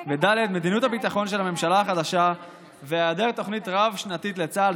4. מדיניות הביטחון של הממשלה החדשה והיעדר תוכנית רב-שנתית לצה"ל,